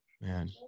man